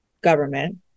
government